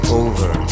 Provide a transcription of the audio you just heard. over